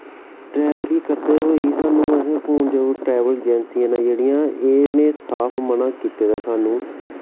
ड्रैवरी करदे होई साह्नूं असें फोन जदूं ट्रैवल एजेंसियां न जेह्ड़ियां इ'नें साफ मना कीता दा साह्नूं